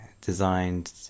designed